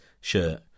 shirt